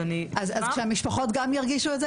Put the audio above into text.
אז כשהמשפחות גם ירגישו את זה,